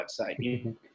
website